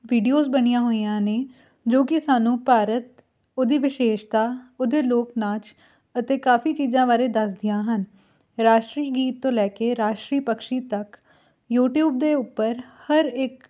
videos ਬਣੀਆਂ ਹੋਈਆਂ ਨੇ ਜੋ ਕਿ ਸਾਨੂੰ ਭਾਰਤ ਉਹਦੀ ਵਿਸ਼ੇਸ਼ਤਾ ਉਹਦੇ ਲੋਕ ਨਾਚ ਅਤੇ ਕਾਫੀ ਚੀਜ਼ਾਂ ਬਾਰੇ ਦੱਸਦੀਆਂ ਹਨ ਰਾਸ਼ਟਰੀ ਗੀਤ ਤੋਂ ਲੈ ਕੇ ਰਾਸ਼ਟਰੀ ਪਕਛੀ ਤੱਕ ਯੂਟਿਊਬ ਦੇ ਉੱਪਰ ਹਰ ਇੱਕ